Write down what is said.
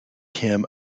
him